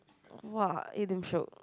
!wow! eh damn shiok